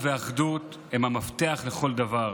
שלום ואחדות הם המפתח לכל דבר.